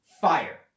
FIRE